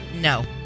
No